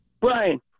Brian